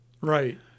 right